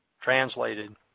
translated